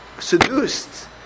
seduced